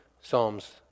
Psalms